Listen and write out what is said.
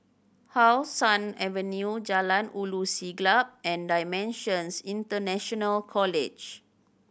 How Sun Avenue Jalan Ulu Siglap and Dimensions International College